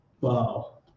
Wow